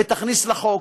ותכניס לחוק.